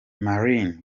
marines